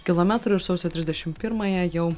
kilometrų ir sausio trisdešim pirmąją jau